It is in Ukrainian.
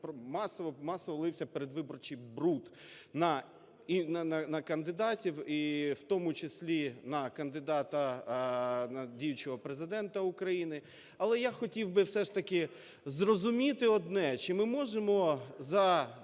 масово лився передвиборчий бруд на кандидатів і в тому числі на кандидата, на діючого Президента України. Але я хотів би все ж таки зрозуміти одне, чи ми можемо за